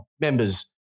members